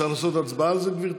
צריך לעשות הצבעה על זה, גברתי?